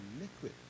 liquid